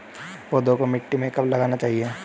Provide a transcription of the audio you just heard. पौधे को मिट्टी में कब लगाना चाहिए?